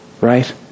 Right